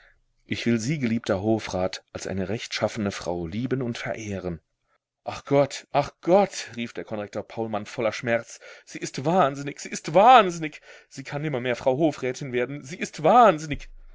ich will sie geliebter hofrat als eine rechtschaffene frau lieben und verehren ach gott ach gott rief der konrektor paulmann voller schmerz sie ist wahnsinnig sie ist wahnsinnig sie kann nimmermehr frau hofrätin werden sie ist wahnsinnig